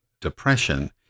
depression